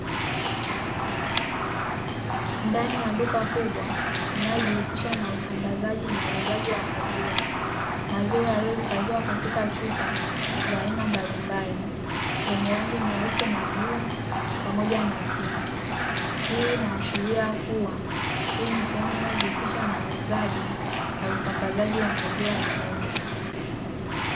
Ndani ya duka kubwa linalojihusisha na usambazaji na uuzaji wa maziwa, maziwa yaliyohifadhiwa katika chupa za aina mbalimbali, zenye rangi nyeupe na bluu pamoja na pinki. Hii inaashiria kuwa, hii ni sehemu inayojihusisha na uuzaji na usambazaji wa maziwa ya ng'ombe